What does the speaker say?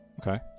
okay